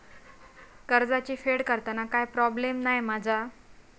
कर्जाची फेड करताना काय प्रोब्लेम नाय मा जा?